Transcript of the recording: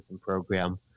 program